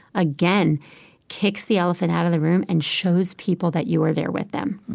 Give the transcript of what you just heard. again kicks the elephant out of the room and shows people that you are there with them